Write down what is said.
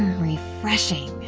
refreshing.